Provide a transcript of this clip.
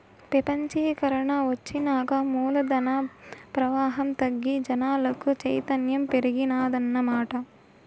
పెపంచీకరన ఒచ్చినాక మూలధన ప్రవాహం తగ్గి జనాలకు చైతన్యం పెరిగినాదటమ్మా